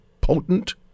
potent